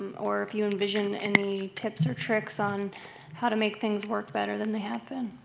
or if you envision any tips or tricks on how to make things work better than they have been.